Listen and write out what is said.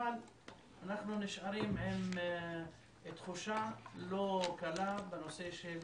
אבל אנחנו נשארים עם תחושה לא קלה בנושא של